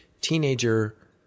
teenager